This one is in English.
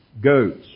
goats